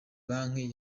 banki